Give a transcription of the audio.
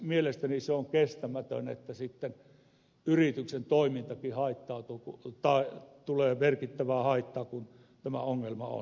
mielestäni on kestämätöntä että yrityksen toimii toki haittaa tupu hupu toiminnalle tulee merkittävää haittaa kun tämä ongelma on